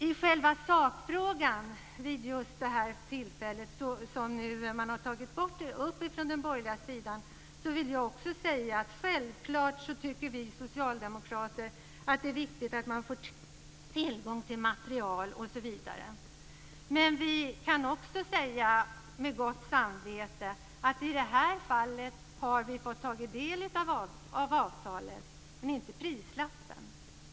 I själva sakfrågan - som vid just det här tillfället har tagits upp av de borgerliga - tycker vi socialdemokrater att det är självklart att det är viktigt att få tillgång till material osv. Men vi kan med gott samvete säga att i det här fallet har vi fått ta del av avtalet men inte prislappen.